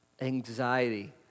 Anxiety